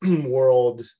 world